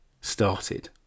started